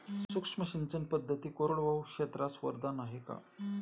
सूक्ष्म सिंचन पद्धती कोरडवाहू क्षेत्रास वरदान आहे का?